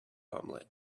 omelette